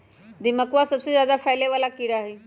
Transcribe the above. दीमकवा सबसे ज्यादा फैले वाला कीड़ा हई